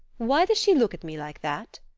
why does she look at me like that?